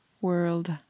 world